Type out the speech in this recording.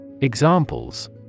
Examples